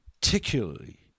particularly